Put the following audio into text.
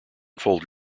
fold